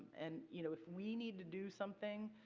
and you know if we need to do something